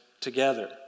together